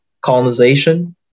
colonization